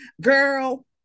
girl